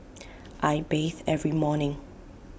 I bathe every morning